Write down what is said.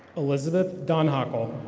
elizabeth donhopple.